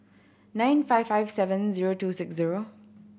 nine five five seven zero two six zero